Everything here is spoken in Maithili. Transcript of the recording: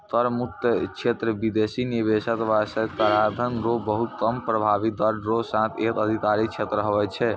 कर मुक्त क्षेत्र बिदेसी निवेशक बासतें कराधान रो बहुत कम प्रभाबी दर रो साथ एक अधिकार क्षेत्र हुवै छै